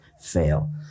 fail